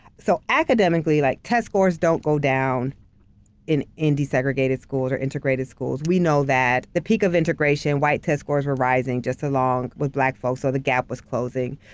so, academically, like test scores don't go down in in desegregated schools or integrated schools, we know that the peak of integration, white test scores were rising just along with black folks, the gap was closing.